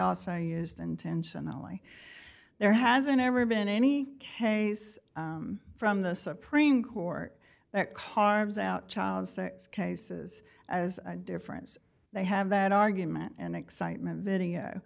also used intentionally there hasn't ever been any case from the supreme court that carves out child sex cases as difference they have that argument and excitement video